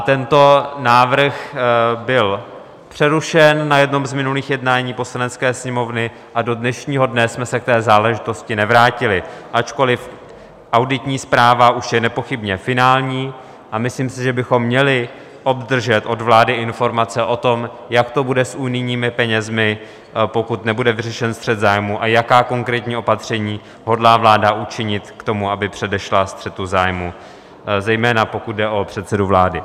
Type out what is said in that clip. Tento návrh byl přerušen na jednom z minulých jednání Poslanecké sněmovny a do dnešního dne jsme se k té záležitosti nevrátili, ačkoliv auditní zpráva už je nepochybně finální a myslím si, že bychom měli obdržet od vlády informace o tom, jak to bude s unijními penězi, pokud nebude vyřešen střet zájmů, a jaká konkrétní opatření hodlá vláda učinit k tomu, aby předešla střetu zájmů, zejména pokud jde o předsedu vlády.